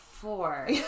Four